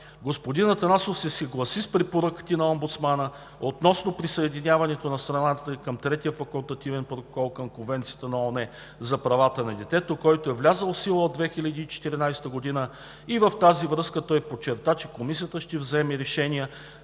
Господин Атанасов се съгласи с препоръките на омбудсмана относно присъединяването на страната ни към Третия факултативен протокол към Конвенцията на ООН за правата на детето, който е влязъл в сила от 2014 г. и в тази връзка той подчерта, че Комисията ще вземе решение